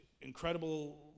incredible